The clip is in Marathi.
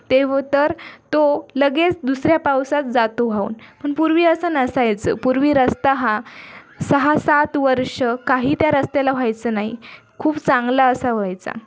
ते हो तर तो लगेच दुसऱ्या पावसात जातो वाहून पण पूर्वी असं नसायचं पूर्वी रस्ता हा सहा सात वर्ष काही त्या रस्त्याला व्हायचं नाही खूप चांगला असा व्हायचा